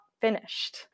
finished